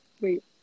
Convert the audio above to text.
Wait